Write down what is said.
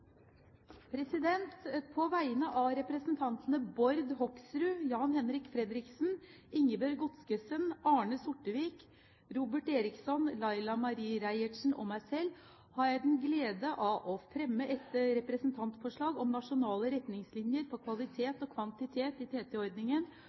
På vegne av representantene Bård Hoksrud, Jan-Henrik Fredriksen, Ingebjørg Godskesen, Arne Sortevik, Robert Eriksson, Laila Marie Reiertsen og meg selv har jeg gleden av å fremme et representantforslag om nasjonale retningslinjer